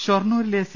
ഷൊർണൂരിലെ C